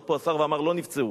עמד פה השר ואמר: לא נפצעו.